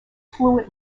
fluent